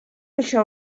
això